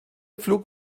pflug